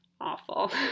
awful